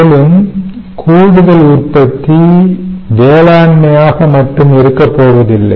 மேலும் கூடுதல் உற்பத்தி வேளாண்மை ஆக மட்டும் இருக்கப்போவதில்லை